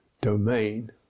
domain